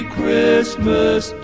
Christmas